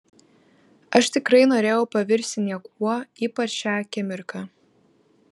aš tikrai norėjau pavirsti niekuo ypač šią akimirką